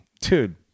dude